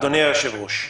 אדוני היושב-ראש,